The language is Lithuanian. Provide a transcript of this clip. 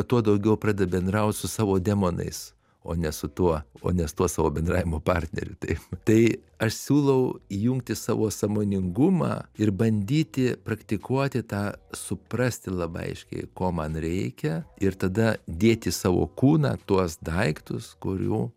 tuo daugiau pradeda bendraut su savo demonais o ne su tuo o ne su tuo savo bendravimo partneriu tai tai aš siūlau įjungti savo sąmoningumą ir bandyti praktikuoti tą suprasti labai aiškiai ko man reikia ir tada dėti į savo kūną tuos daiktus kurių